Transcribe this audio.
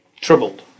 Troubled